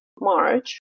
March